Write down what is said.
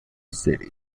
city